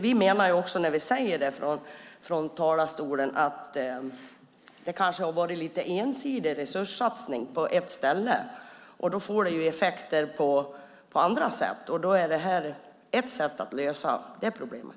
Vi menar också att det kanske har gjorts en lite ensidig resurssatsning på ett ställe. Det får effekter på andra sätt. Detta är ett sätt att lösa det problemet.